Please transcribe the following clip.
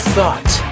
Thought